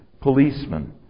policemen